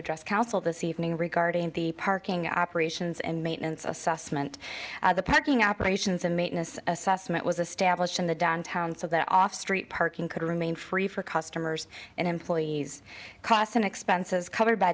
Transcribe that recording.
council this evening regarding the parking operations and maintenance assessment of the packing operations and maintenance assessment was a stablished in the downtown so that off street parking could remain free for customers and employees costs and expenses covered by